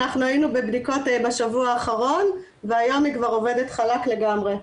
היינו בבדיקות בשבוע האחרון והיום היא כבר עובדת חלק לגמרי.